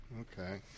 Okay